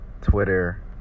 Twitter